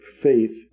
faith